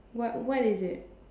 what what is it